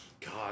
God